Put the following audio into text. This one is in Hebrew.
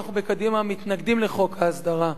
אנחנו בקדימה מתנגדים לחוק ההסדרה.